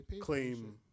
claim